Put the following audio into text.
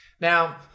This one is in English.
Now